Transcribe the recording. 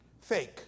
fake